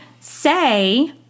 say